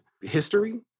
history